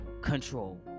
control